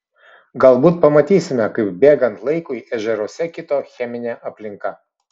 galbūt pamatysime kaip bėgant laikui ežeruose kito cheminė aplinka